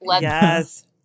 Yes